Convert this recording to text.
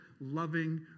loving